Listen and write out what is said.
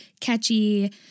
catchy